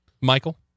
Michael